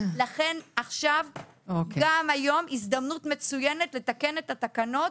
לכן עכשיו גם היום זאת הזדמנות מצוינת לתקן את התקנות